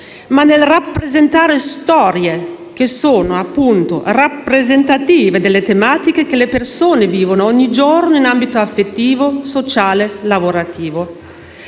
nel rappresentare storie che sono, appunto, rappresentative delle tematiche che le persone vivono ogni giorno in ambito affettivo, sociale e lavorativo.